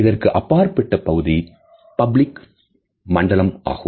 இதற்கு அப்பாற்பட்ட பகுதி பப்ளிக்மண்டலம் ஆகும்